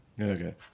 okay